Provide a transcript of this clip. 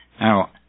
Now